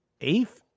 eighth